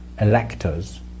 electors